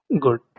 Good